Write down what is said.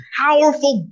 powerful